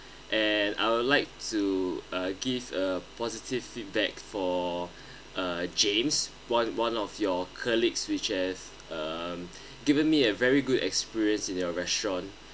and I would like to uh give a positive feedback for uh james one one of your colleagues which has um given me a very good experience in your restaurant